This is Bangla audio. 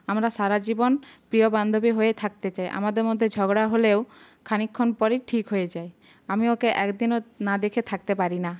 আমরা সারা জীবন প্রিয় বান্ধবী হয়ে থাকতে চাই আমাদের মধ্যে ঝগড়া হলেও খানিক্ষণ পরেই ঠিক হয়ে যায় আমি ওকে একদিনও না দেখে থাকতে পারি না